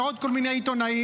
ועוד כל מיני עיתונאים,